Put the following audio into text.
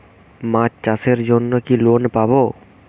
মাছ চাষের জন্য কি লোন পাব?